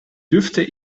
dürfte